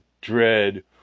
dread